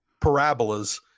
parabolas